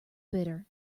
bitter